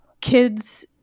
kids